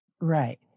Right